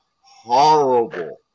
horrible